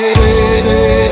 baby